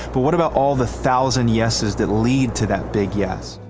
but what about all the thousand yesses that lead to that big yes?